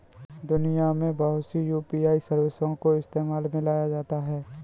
दुनिया में बहुत सी यू.पी.आई सर्विसों को इस्तेमाल में लाया जाता है